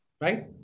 right